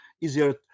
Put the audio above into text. easier